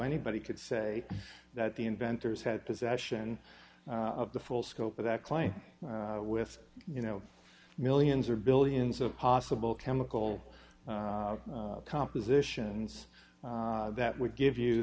anybody could say that the inventors had possession of the full scope of that claim with you know millions or billions of possible chemical compositions that would give you